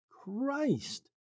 Christ